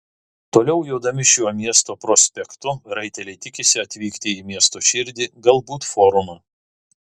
toliau jodami šiuo miesto prospektu raiteliai tikisi atvykti į miesto širdį galbūt forumą